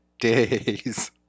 days